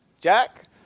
Jack